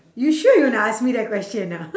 you sure you want to ask me that question ah